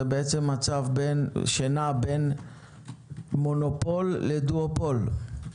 זה מצב שנע בין מונופול לדואופול.